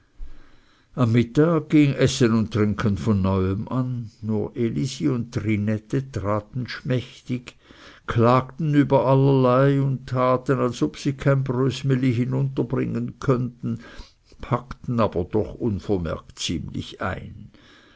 am mittag ging essen und trinken von neuem an nur elisi und trinette taten schmächtig klagten über allerlei und taten als ob sie kein brösmeli hinunterbringen könnten packten aber doch unvermerkt ziemlich ein